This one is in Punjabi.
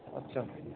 ਅੱਛਾ